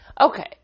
Okay